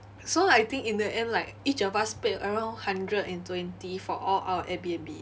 so I think in the end like each of us paid around hundred and twenty for all our airbnb